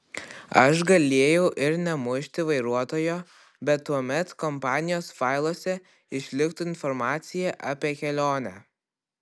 aš galėjau ir nemušti vairuotojo bet tuomet kompanijos failuose išliktų informacija apie kelionę